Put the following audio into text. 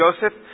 Joseph